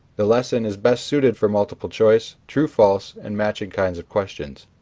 the lesson is best suited for multiple choice, true false and matching kinds of questions.